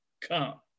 come